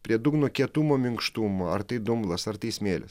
prie dugno kietumo minkštumo ar tai dumblas ar tai smėlis